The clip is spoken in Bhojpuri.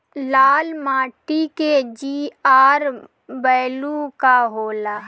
लाल माटी के जीआर बैलू का होला?